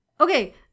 okay